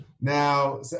Now